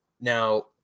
now